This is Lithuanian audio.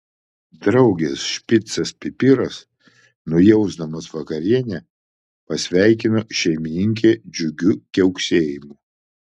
draugės špicas pipiras nujausdamas vakarienę pasveikino šeimininkę džiugiu kiauksėjimu